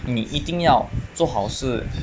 你一定要做好事